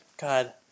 god